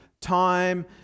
time